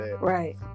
Right